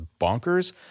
bonkers